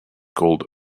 called